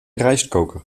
rijstkoker